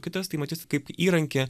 kitas tai matys kaip įrankį